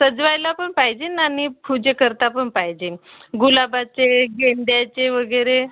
सजवायला पण पाहिजे आणि पूजेकरता पण पाहिजे गुलाबाचे गेंड्याचे वगैरे